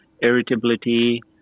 irritability